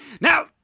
Now